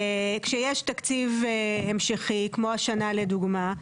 כשיש תקציב המשכי כמו השנה לדוגמה,